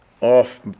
off